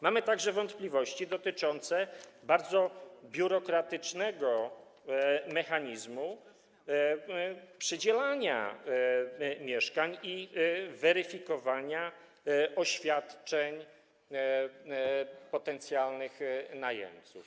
Mamy także wątpliwości dotyczące bardzo biurokratycznego mechanizmu przydzielania mieszkań i weryfikowania oświadczeń potencjalnych najemców.